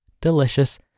delicious